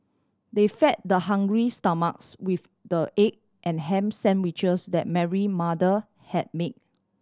they fed the hungry stomachs with the egg and ham sandwiches that Mary mother had made